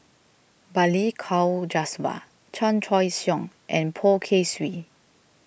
Balli Kaur Jaswal Chan Choy Siong and Poh Kay Swee